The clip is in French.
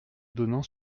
donnant